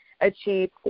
achieve